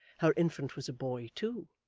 her infant was a boy too.